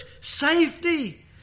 safety